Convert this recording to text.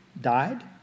died